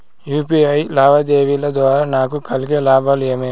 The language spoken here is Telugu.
యు.పి.ఐ లావాదేవీల ద్వారా నాకు కలిగే లాభాలు ఏమేమీ?